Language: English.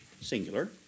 singular